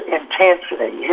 intensity